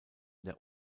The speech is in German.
der